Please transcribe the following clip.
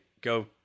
go